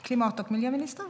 Fru talman!